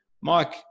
Mike